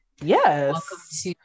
Yes